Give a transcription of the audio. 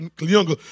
younger